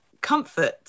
comfort